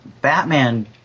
Batman